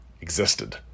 existed